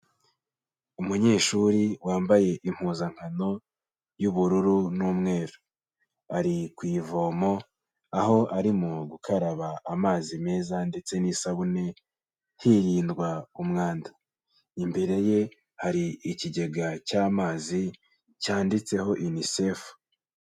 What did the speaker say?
Umunyeshuri wambaye impuzankano y'ubururu n'umweru, ari ku ivomo, aho arimo gukaraba amazi meza ndetse n'isabune, hirindwa umwanda. Imbere ye, hari ikigega cy'amazi cyanditseho UNICEF.